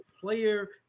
player